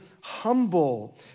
humble